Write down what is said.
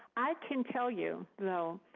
i can tell you, though,